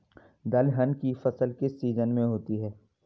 दलहन की फसल किस सीजन में होती है?